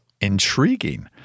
Intriguing